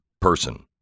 person